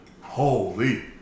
holy